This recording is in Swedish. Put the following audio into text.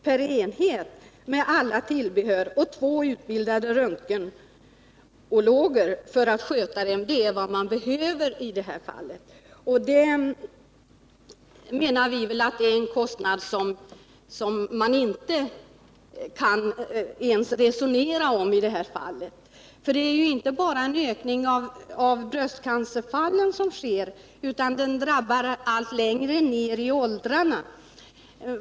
per enhet med alla tillbehör och två utbildade röntgenologer för att sköta den är vad man behöver i det här fallet. Vi menar att detta är en kostnad som man inte behöver ens resonera om. Det är nämligen inte bara så att brösteancerfallen ökar, utan sjukdomen drabbar också allt längre ner i åldrarna.